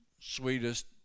sweetest